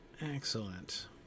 Excellent